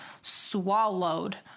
swallowed